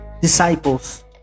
disciples